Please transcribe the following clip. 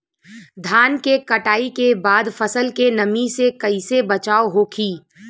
धान के कटाई के बाद फसल के नमी से कइसे बचाव होखि?